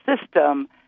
system